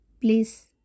please